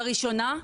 הראשונה,